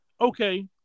Okay